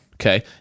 Okay